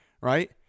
right